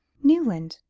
newland!